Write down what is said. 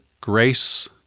Grace